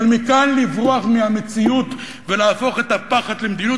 אבל מכאן לברוח מהמציאות ולהפוך את הפחד למדיניות,